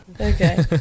okay